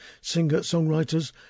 singer-songwriters